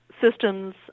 systems